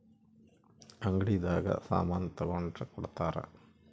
ಅಂಗಡಿ ದಾಗ ಸಾಮನ್ ತಗೊಂಡ್ರ ಕೊಡ್ತಾರ